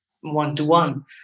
one-to-one